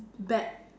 bad